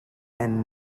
and